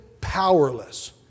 powerless